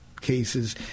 cases